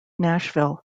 nashville